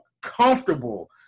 comfortable